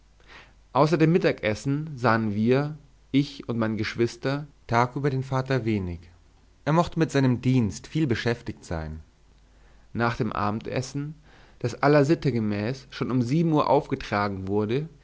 dem mittagsessen sahen wir ich und mein geschwister tagüber den vater wenig er mochte mit seinem dienst viel beschäftigt sein nach dem abendessen das alter sitte gemäß schon um sieben uhr aufgetragen wurde